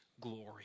glory